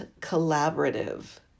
collaborative